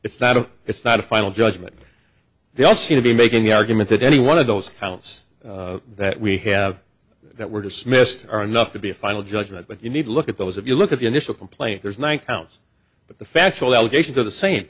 it's not a it's not a final judgment they all seem to be making the argument that any one of those counts that we have that were dismissed are enough to be a final judgment but you need look at those if you look at the initial complaint there's one thousand dollars but the factual allegations are the same